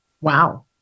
Wow